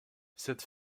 cette